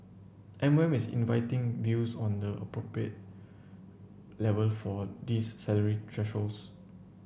M O M is inviting views on the appropriate level for these salary thresholds